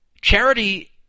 Charity